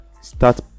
start